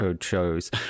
shows